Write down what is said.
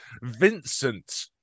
vincent